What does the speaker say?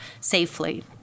safely